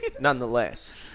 nonetheless